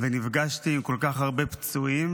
ונפגשתי עם כל כך הרבה פצועים.